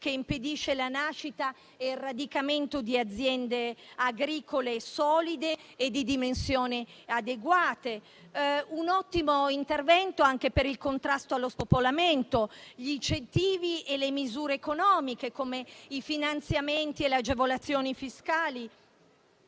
che impedisce la nascita e il radicamento di aziende agricole solide e di dimensioni adeguate. Un ottimo intervento è anche quello per il contrasto dello spopolamento, con incentivi e misure economiche, come i finanziamenti e le agevolazioni fiscali,